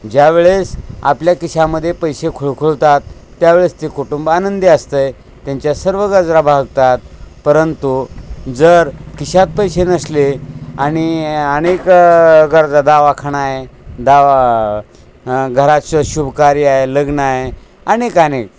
ज्यावेळेस आपल्या खिशामध्ये पैसे खुळखुळतात त्यावेळेस ते कुटुंब आनंदी असतं आहे त्यांच्या सर्व गरजा भागतात परंतु जर खिशात पैसे नसले आणि अनेक गरज दवाखाना आहे दवा घरात श शुभकार्य आहे लग्न आहे अनेक अनेक